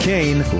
Kane